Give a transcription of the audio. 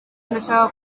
ndashaka